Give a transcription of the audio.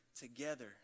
together